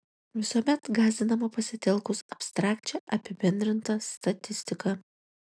visuomet gąsdinama pasitelkus abstrakčią apibendrintą statistiką